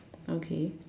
okay